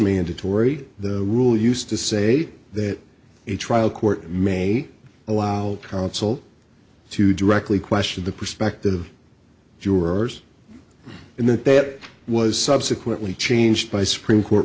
mandatory the rule used to say that a trial court may allow counsel to directly question the prospective jurors in that that was subsequently changed by supreme court